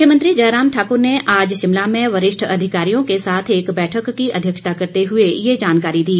मुख्यमंत्री जयराम ठाकुर ने आज शिमला में वरिष्ठ अधिकारियों को साथ एक बैठक की अध्यक्षता करते हुए ये जानकारी दी